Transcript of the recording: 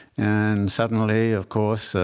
and suddenly, of course,